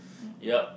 ya